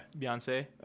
beyonce